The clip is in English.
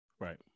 Right